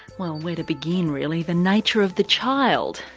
well, where to begin really? the nature of the child,